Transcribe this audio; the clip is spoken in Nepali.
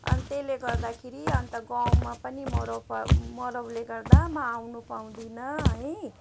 अनि त्यसले गर्दाखेरि अन्त गाउँमा पनि मरौ प मरौले गर्दा म आउनु पाउँदिनँ है